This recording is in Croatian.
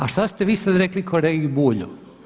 A šta ste vi sada rekli kolegi Bulju?